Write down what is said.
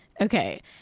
Okay